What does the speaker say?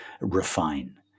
refine